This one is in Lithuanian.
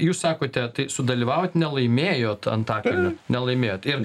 jūs sakote tai sudalyvavot nelaimėjot antakalnio nelaimėjot ir